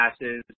passes